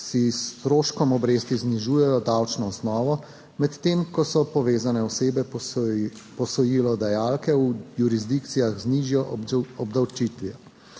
s stroškom obresti znižujejo davčno osnovo, medtem ko so povezane osebe posojilodajalke v jurisdikcijah z nižjo obdavčitvijo.